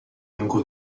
uncle